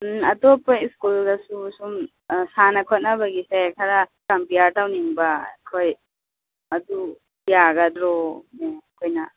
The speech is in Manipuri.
ꯑꯇꯣꯞꯄ ꯁ꯭ꯀꯨꯜꯗꯁꯨ ꯁꯨꯝ ꯁꯥꯅ ꯈꯣꯠꯅꯕꯒꯤꯁꯦ ꯈꯔ ꯀꯝꯄꯦꯌꯥꯔ ꯇꯧꯅꯤꯡꯕ ꯑꯩꯈꯣꯏ ꯑꯗꯨ ꯌꯥꯒꯗ꯭ꯔꯣ ꯃꯦꯝ ꯑꯩꯈꯣꯏꯅ